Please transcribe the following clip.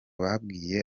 babwiye